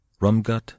Rumgut